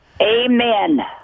amen